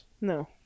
No